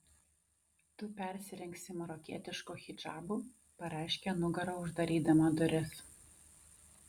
tu persirengsi marokietišku hidžabu pareiškė nugara uždarydama duris